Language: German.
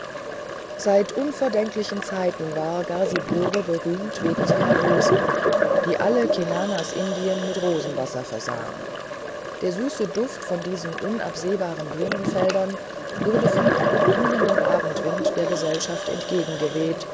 seit unvordenklichen zeiten war ghazipore berühmt wegen seiner rosen die alle cenanas indiens mit rosenwasser versahen der süße duft von diesen unabsehbaren blumenfeldern wurde von einem kühlenden abendwind der gesellschaft entgegengeweht